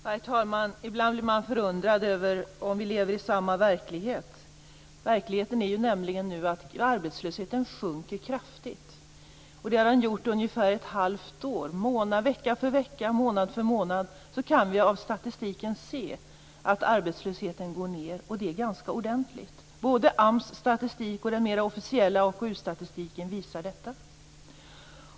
Herr talman! Ibland blir man förundrad över om huruvida vi lever i samma verklighet. Verkligheten är att arbetslösheten sjunker kraftigt. Det har den gjort under ett halvt år. Vecka för vecka, månad för månad, har vi av statistiken kunnat se att arbetslösheten har sjunkit ordentligt. Både AMS statistik och den mer officiella statistiken visar detta.